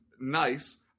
nice